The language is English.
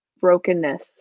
brokenness